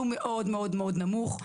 שהוא מאוד מאוד נמוך,